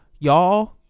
y'all